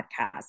podcast